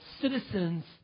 citizens